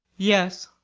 yes.